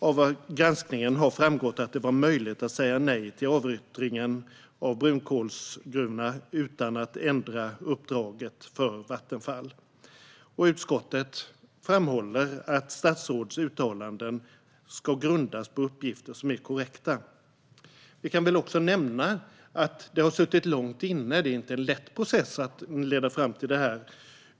Av granskningen har det framgått att det var möjligt att säga nej till avyttringen av brunkolsgruvorna utan att ändra uppdraget för Vattenfall. Utskottet framhåller att statsråds uttalanden ska grundas på uppgifter som korrekta. Jag kan också nämna att det satt långt inne och att det inte var någon lätt process att komma fram till detta.